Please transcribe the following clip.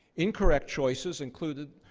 incorrect choices included,